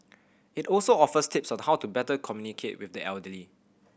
it also offers tips on how to better communicate with the elderly